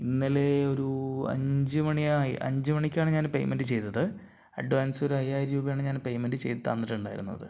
ഇന്നലെ ഒരു അഞ്ച് മണിയായി അഞ്ച് മണിക്കാണ് ഞാൻ പെയ്മെന്റ് ചെയ്തത് അഡ്വാൻസ് ഒരു അയ്യായിരം രൂപയാണ് ഞാൻ പെയ്മെന്റ് ചെയ്ത് തന്നിട്ടുണ്ടായിരുന്നത്